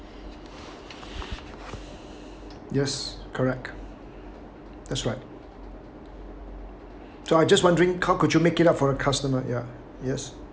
yes correct that's right so I just wondering how could you make it up for a customer ya yes